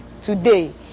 Today